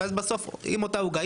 ובסוף עם אותה עוגה,